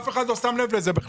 אף אחד לא שם לב לזה.